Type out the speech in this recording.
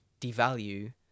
devalue